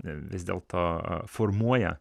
vis dėl to formuoja